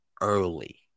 early